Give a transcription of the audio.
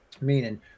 Meaning